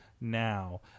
now